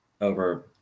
over